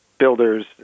Builders